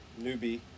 newbie